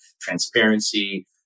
transparency